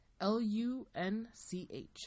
L-U-N-C-H